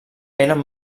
eren